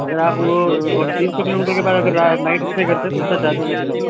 अगर आप वो तीन सौ किलोमीटर के बाद अगर रात नाइट स्टे करते है तो उसका चार्जेज़ एक्स्ट्रा होता है